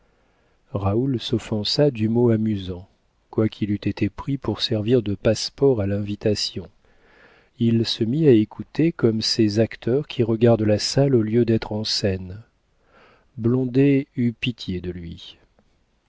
raoul s'offensa du mot amusant quoiqu'il eût été pris pour servir de passe-port à l'invitation il se mit à écouter comme ces acteurs qui regardent la salle au lieu d'être en scène blondet eut pitié de lui